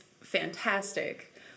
fantastic